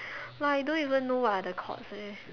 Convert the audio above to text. like I don't even know what are the chords eh